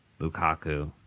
Lukaku